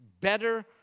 better